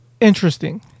interesting